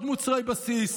עוד מוצרי בסיס.